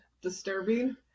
Disturbing